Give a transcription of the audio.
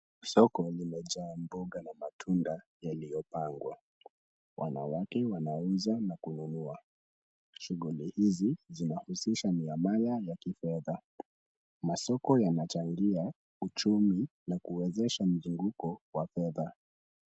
Soko limejaa mboga na matunda yaliyopangwa. Wanawake wanauza na kununua. Shughuli hizi zinahusisha miamala ya kifedha. Masoko yanachangia uchumi na kuwezesha mzunguko wa fedha.